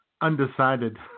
undecided